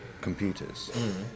computers